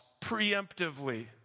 preemptively